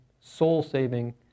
soul-saving